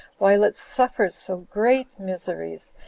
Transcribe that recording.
while it suffers so great miseries,